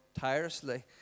tirelessly